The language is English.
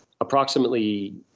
approximately